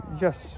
Yes